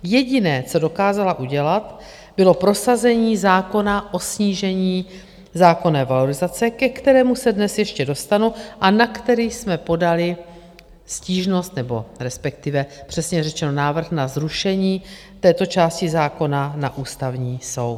Jediné, co dokázala udělat, bylo prosazení zákona o snížení zákonné valorizace, ke kterému se dnes ještě dostanu a na který jsme podali stížnost, nebo respektive přesněji řečeno návrh na zrušení této části zákona, na Ústavní soud.